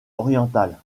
orientale